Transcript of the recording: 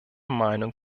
meinung